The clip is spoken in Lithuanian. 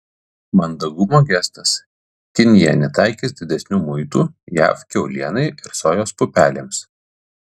mandagumo gestas kinija netaikys didesnių muitų jav kiaulienai ir sojos pupelėms